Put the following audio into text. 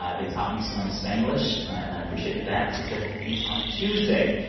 ah they taught me some spanglish, and i appreciated that. so check your feeds on tuesday.